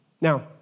Now